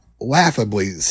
laughably